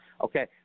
Okay